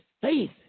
faith